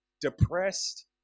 depressed